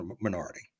minority